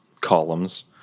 columns